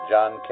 John